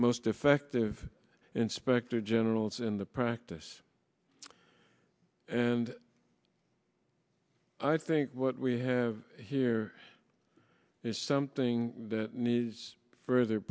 most effective inspector generals in the practice and i think what we have here is something that needs further